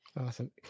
Awesome